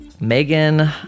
Megan